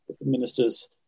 Ministers